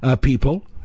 people